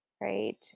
right